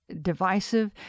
divisive